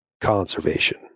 conservation